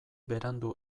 berandu